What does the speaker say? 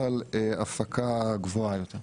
אבל הפקה גבוהה יותר.